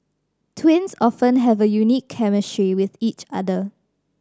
twins often have a unique chemistry with each other